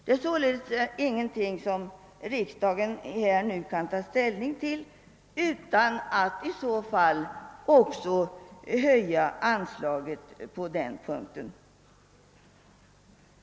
Det är således ingenting som riksdagen nu kan ta ställning till utan att i så fall också höja anslaget på den punkten.